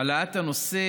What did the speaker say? העלאת הנושא